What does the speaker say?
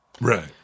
Right